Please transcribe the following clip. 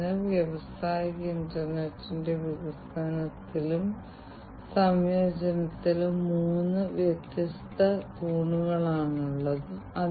അതിനാൽ ഞാൻ ഇപ്പോൾ പൾസ് ഓക്സിമീറ്റർ സെൻസർ അതിലേക്ക് വിരൽ കയറ്റി പൾസ് ഓക്സിമീറ്റർ സെൻസർ രണ്ട് കാര്യങ്ങൾ അളക്കാൻ സഹായിക്കുന്നുവെന്ന് ഞാൻ നിങ്ങളോട് പറഞ്ഞു ഒന്ന് രക്തത്തിലെ ഓക്സിജൻ സാച്ചുറേഷൻ മറ്റൊന്ന് പൾസ് നിരക്ക്